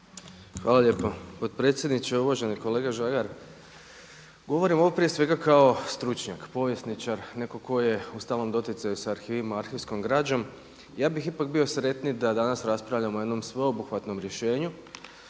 Hvala lijepo potpredsjedniče. Uvaženi kolega Žagar. Govorim ovo prije svega kao stručnjak, povjesničar neko ko je u stalnom doticaju sa arhivima, arhivskom građom. Ja bih ipak bio sretniji da danas raspravljamo o jednom sveobuhvatnom rješenju